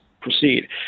proceed